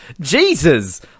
Jesus